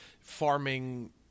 farming